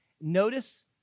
notice